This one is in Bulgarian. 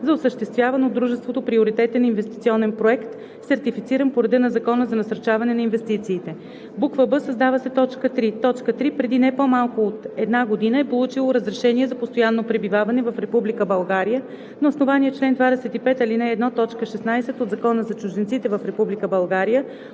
за осъществяван от дружеството приоритетен инвестиционен проект, сертифициран по реда на Закона за насърчаване на инвестициите;“ б) създава се т. 3: „3. преди не по-малко от една година е получило разрешение за постоянно пребиваване в Република България на основание чл. 25, ал. 1, т. 16 от Закона за чужденците в